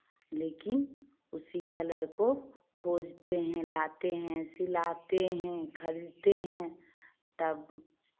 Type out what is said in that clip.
लेकिन उसी कलर को खोजते हैं लाते हैं सिलाते हैं खरीदते हैं तब